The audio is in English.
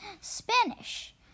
Spanish